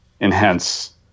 enhance